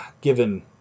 given